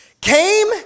came